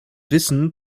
wissen